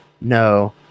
no